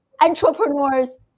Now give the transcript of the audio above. entrepreneurs